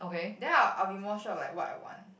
then I'll I'll be more sure of like what I want